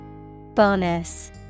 Bonus